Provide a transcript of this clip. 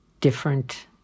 different